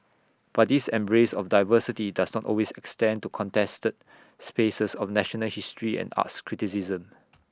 but this embrace of diversity does not always extend to contested spaces of national history and arts criticism